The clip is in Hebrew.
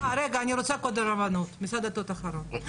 קודם הרבנות, משרד הדתות אחרון.